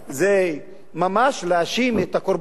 זה ממש להאשים את הקורבן,